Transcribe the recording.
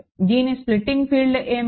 దీని splitting field ఏమిటి